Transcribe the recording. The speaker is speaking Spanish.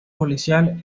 policial